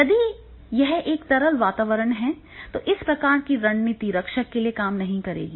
यदि यह एक तरल वातावरण है तो इस प्रकार की रणनीति रक्षक के लिए काम नहीं करेगी